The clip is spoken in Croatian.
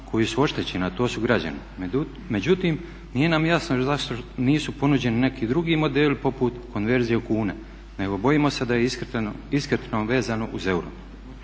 koji su oštećeni, a to su građani. Međutim, nije nam jasno zašto nisu ponuđeni neki drugi modeli poput konverzije u kune nego bojimo se da je ishitreno vezano uz euro.